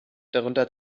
darunter